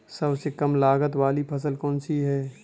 सबसे कम लागत वाली फसल कौन सी है?